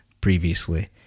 previously